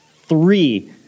three